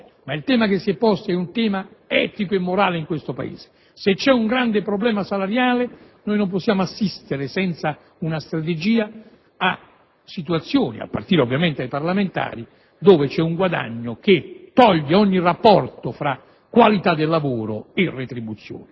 il tema che si è posto è etico e morale nel nostro Paese. Se c'è un grande problema salariale, non possiamo assistere senza una strategia a situazioni - a partire ovviamente dai parlamentari - dove c'è un guadagno che toglie ogni rapporto fra qualità del lavoro e retribuzioni.